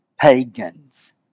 pagans